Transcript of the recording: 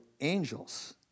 angels